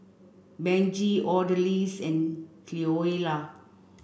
Benji Odalys and Cleola